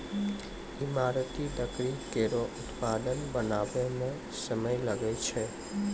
ईमारती लकड़ी केरो उत्पाद बनावै म समय लागै छै